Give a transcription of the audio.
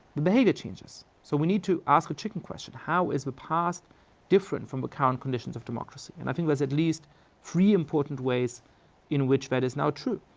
the behavior changes. so we need to ask a chicken question how is the past different from the current conditions of democracy? and i think there's at least three important ways in which that is now true.